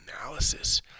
analysis